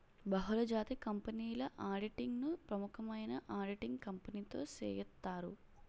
బహుళజాతి కంపెనీల ఆడిటింగ్ ను ప్రముఖమైన ఆడిటింగ్ కంపెనీతో సేయిత్తారు